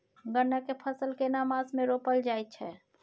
गन्ना के फसल केना मास मे रोपल जायत छै?